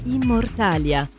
Immortalia